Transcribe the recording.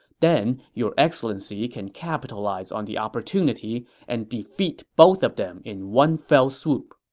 then your excellency can capitalize on the opportunity and defeat both of them in one fell swoop.